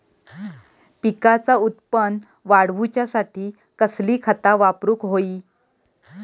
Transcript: पिकाचा उत्पन वाढवूच्यासाठी कसली खता वापरूक होई?